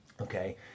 Okay